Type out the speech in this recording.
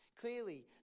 Clearly